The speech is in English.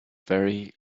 very